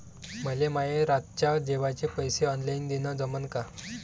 मले माये रातच्या जेवाचे पैसे ऑनलाईन देणं जमन का?